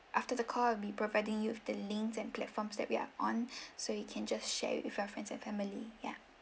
after the call I'll be providing you with the links and platforms that we are on so you can just share it with your friends and family yeah